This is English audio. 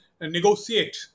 negotiate